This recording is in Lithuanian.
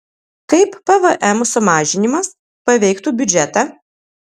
kaip pvm sumažinimas paveiktų biudžetą